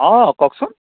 অঁ কওকচোন